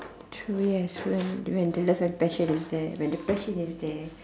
true it has went when the love and passion is there when the passion is there